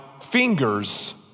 fingers